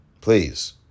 Please